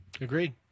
Agreed